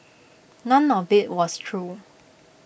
none of IT was true